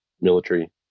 military